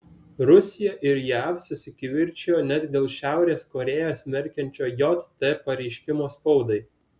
rusija ir jav susikivirčijo net dėl šiaurės korėją smerkiančio jt pareiškimo spaudai